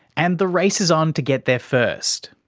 and the race is on to get there first.